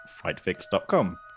fightfix.com